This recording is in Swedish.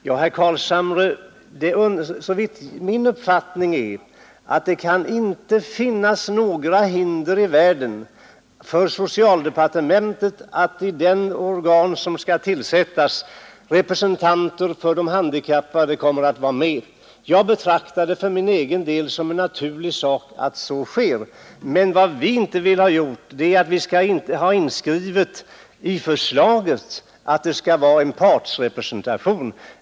Ja, herr Carlshamre, min uppfattning är att det inte kan finnas några hinder i världen för socialdepartementet att ta med representanter för de handikappade i det organ som skall tillsättas. Jag betraktar det tvärtom som en naturlig sak att så sker. Men vi vill inte ha inskrivet i förslaget att det skall vara en partsrepresentation.